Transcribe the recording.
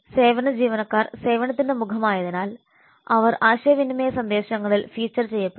സേവന ജീവനക്കാർ സേവനത്തിന്റെ മുഖമായതിനാൽ അവർ ആശയവിനിമയ സന്ദേശങ്ങളിൽ ഫീച്ചർ ചെയ്യപ്പെടണം